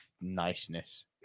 Niceness